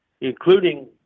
including